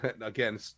again